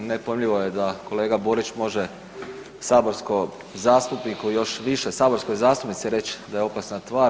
Nepojmljivo je da je kolega Borić može saborskom zastupniku, još više saborskoj zastupnici reći da je opasna tvar.